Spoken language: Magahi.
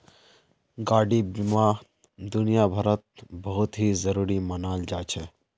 गाडी बीमा दुनियाभरत बहुत ही जरूरी मनाल जा छे